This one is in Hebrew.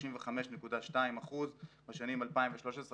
35.2% בשנים 2018-2013,